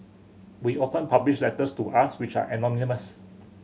we often publish letters to us which are anonymous